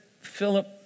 Philip